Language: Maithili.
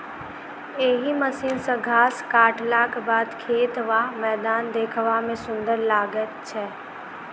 एहि मशीन सॅ घास काटलाक बाद खेत वा मैदान देखबा मे सुंदर लागैत छै